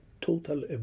total